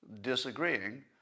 Disagreeing